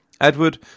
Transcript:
Edward